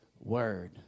word